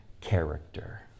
character